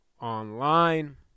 Online